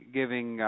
giving –